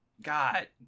God